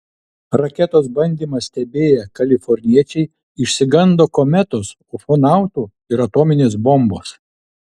raketos bandymą stebėję kaliforniečiai išsigando kometos ufonautų ir atominės bombos